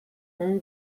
اون